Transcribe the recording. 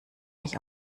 mich